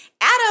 Adam